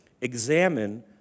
examine